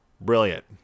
Brilliant